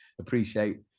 appreciate